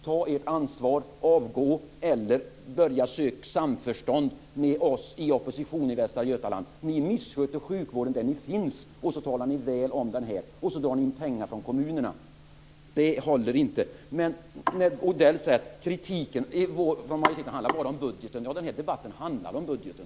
Ta ert ansvar: Avgå eller börja söka samförstånd med oss i oppositionen i Västra Götaland. Ni missköter sjukvården där ni finns; sedan talar ni väl om den här samtidigt som ni drar in pengar från kommunerna. Det håller inte. Sedan säger Odell att kritiken från majoriteten bara handlar om budgeten. Ja, den här debatten handlar om budgeten.